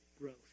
growth